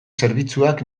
zerbitzuak